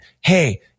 Hey